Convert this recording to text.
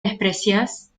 desprecias